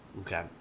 Okay